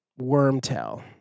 Wormtail